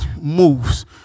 moves